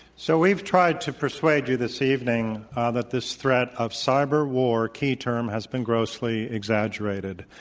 so we've tried to persuade you this evening that this threat of cyber war, key term, has been grossly exaggerated.